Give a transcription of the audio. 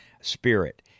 spirit